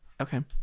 Okay